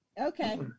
Okay